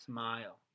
Smile